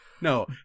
no